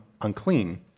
unclean